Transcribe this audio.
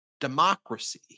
democracy